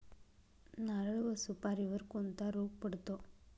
नारळ व सुपारीवर कोणता रोग पडतो?